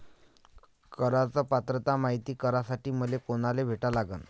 कराच पात्रता मायती करासाठी मले कोनाले भेटा लागन?